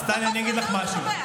אז אני אגיד לך משהו,